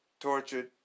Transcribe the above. tortured